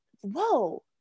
whoa